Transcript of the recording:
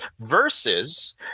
versus